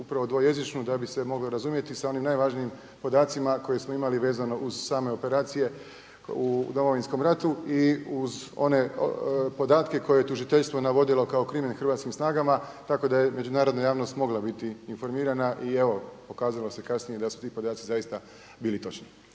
upravo dvojezičnu da bi se moglo razumjeti sa onim najvažnijim podacima koje smo imali vezano uz same operacije u Domovinskom ratu i uz one podatke koje je tužiteljstvo navodilo kao krimen hrvatskim snagama tako da je međunarodna javnost mogla biti informirana. I evo pokazalo se kasnije da su ti podaci zaista bili točni.